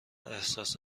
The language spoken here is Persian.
احساس